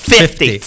Fifty